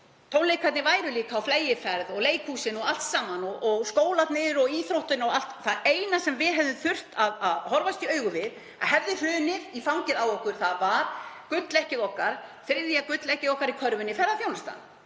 tónleikarnir væru á fleygiferð og leikhúsin og allt saman og skólarnir og íþróttir og allt. Það eina sem við hefðum þurft að horfast í augu við að hefði hrunið í fangið á okkur væri gulleggið okkar, þriðja gulleggið okkar í körfunni, ferðaþjónustan.